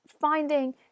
finding